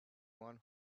one